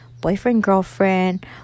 boyfriend-girlfriend